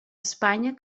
espanya